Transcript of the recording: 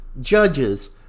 judges